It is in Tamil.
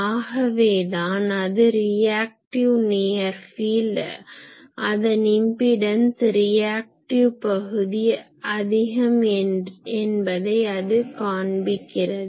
ஆகவேதான் அது ரியாக்டிவ் நியர் ஃபீல்ட் அதன் இம்பிடன்ஸில் ரியாக்டிவ் பகுதி அதிகம் என்பதை அது காண்பிக்கிறது